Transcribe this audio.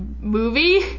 movie